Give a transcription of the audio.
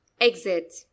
EXIT